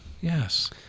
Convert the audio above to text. Yes